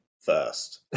first